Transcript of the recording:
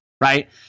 right